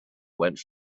went